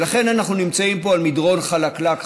ולכן אנחנו נמצאים פה על מדרון חלקלק,